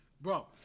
Bro